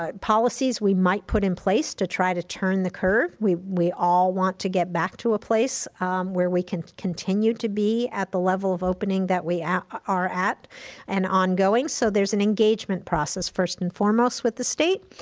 ah policies we might put in place to try to turn the curve? we we all want to get back to a place where we can continue to be at the level of opening that we are at and ongoing, so there's an engagement process first and foremost with the state,